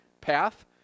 path